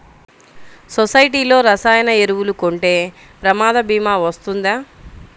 సొసైటీలో రసాయన ఎరువులు కొంటే ప్రమాద భీమా వస్తుందా?